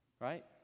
Right